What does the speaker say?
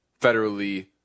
federally